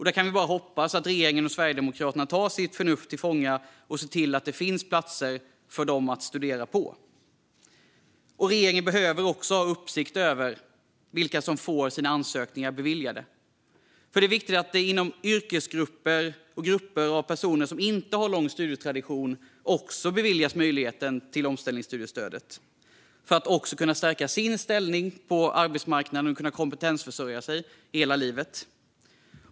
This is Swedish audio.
Där kan vi bara hoppas att regeringen och Sverigedemokraterna tar sitt förnuft till fånga och ser till att det finns studieplatser. Regeringen behöver också hålla uppsikt över vilka som får sina ansökningar beviljade. Det är viktigt att också de inom yrkesgrupper och grupper av personer som inte har lång studietradition beviljas omställningsstudiestöd, så att de kan stärka sin ställning på arbetsmarknaden och kompetensförsörja sig hela livet.